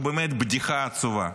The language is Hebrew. שהוא באמת בדיחה עצובה,